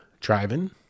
driving